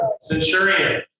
Centurion